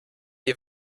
wir